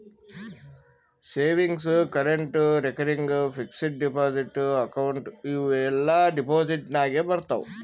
savings, current, recurring, fixed deposit account ಇವೂ ಎಲ್ಲಾ deposit ನಾಗೆ ಬರ್ತಾವ್